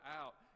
out